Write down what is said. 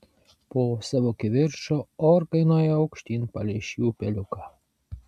po savo kivirčo orkai nuėjo aukštyn palei šį upeliuką